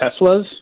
Teslas